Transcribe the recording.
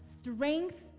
strength